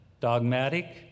dogmatic